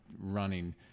running